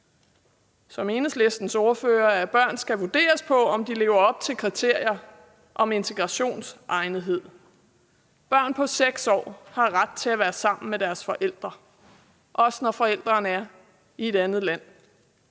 grundlæggende imod, at børn skal vurderes på, om de lever op til kriterier om integrationsegnethed. Børn på 6 år har ret til at være sammen med deres forældre, også når forældrene er i et andet land.